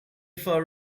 far